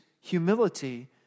humility